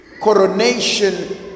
coronation